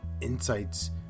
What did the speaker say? insights